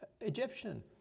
Egyptian